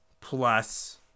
plus